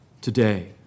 today